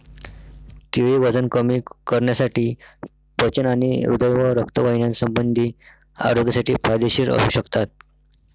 केळी वजन कमी करण्यासाठी, पचन आणि हृदय व रक्तवाहिन्यासंबंधी आरोग्यासाठी फायदेशीर असू शकतात